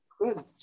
Good